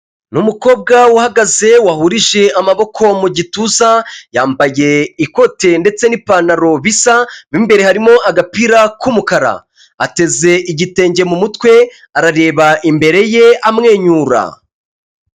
Ni umukobwa uhagaze wahurije amaboko mu gituza, yambaye ikote ndetse n'ipantaro bisa, mu imbere harimo agapira k'umukara. Ateze igitenge mu mutwe arareba imbere ye amwenyura.